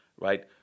right